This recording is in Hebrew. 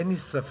אין לי ספק